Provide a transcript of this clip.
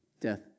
Death